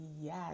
yes